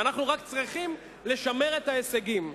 אנחנו רק צריכים לשמר את ההישגים,